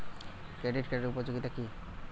Credit কার্ডের উপযোগিতা কি?